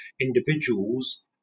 individuals